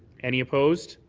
any opposed?